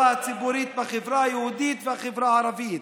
הציבורית בחברה היהודית והחברה הערבית.